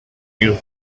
you